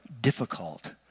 difficult